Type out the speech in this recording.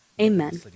amen